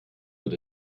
wird